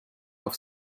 auf